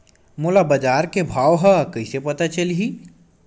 मोला बजार के भाव ह कइसे पता चलही?